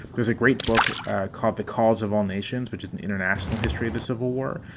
there's a great book called the calls of all nations, which is an international history of the civil war.